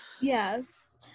Yes